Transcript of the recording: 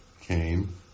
came